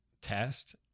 test